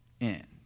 end